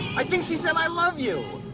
i think she said, i love you.